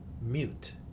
mute